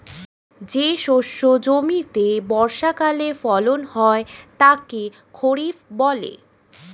যে শস্য জমিতে বর্ষাকালে ফলন হয় তাকে খরিফ বলে